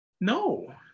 No